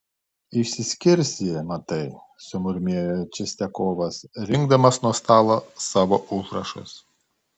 išsiskirs ji matai sumurmėjo čistiakovas rinkdamas nuo stalo savo užrašus